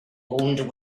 owned